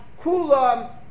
Kulam